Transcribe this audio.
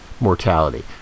mortality